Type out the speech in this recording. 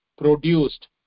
produced